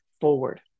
forward